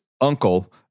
uncle